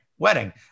wedding